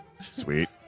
sweet